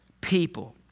people